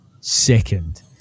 second